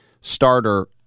starter